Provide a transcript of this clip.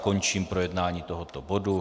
Končím projednání tohoto bodu.